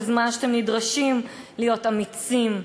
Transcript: בזמן שאתם נדרשים להיות אמיצים,